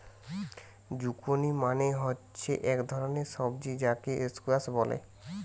zucchini মানে হচ্ছে এক ধরণের সবজি যাকে স্কোয়াস বলে